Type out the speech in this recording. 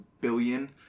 billion